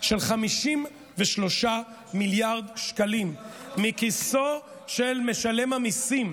של 53 מיליארד שקלים מכיסו של משלם המיסים